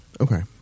Okay